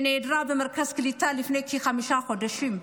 שנעלמה ממרכז קליטה לפני כחמישה חודשים.